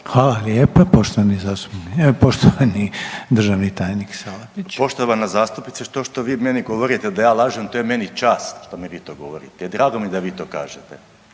lijepa. Poštovani državni tajnik Salapić. **Salapić, Josip (HDSSB)** Poštovana zastupnice to što vi meni govorite da ja lažem to je meni čast što mi vi to govorite i drago mi je da vi to kažete.